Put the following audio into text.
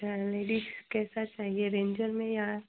अच्छा लेडिज कैसा चाहिए रेंजर में या